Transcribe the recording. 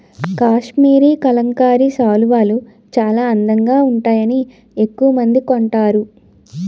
కాశ్మరీ కలంకారీ శాలువాలు చాలా అందంగా వుంటాయని ఎక్కవమంది కొంటారు